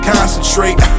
Concentrate